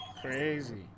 Crazy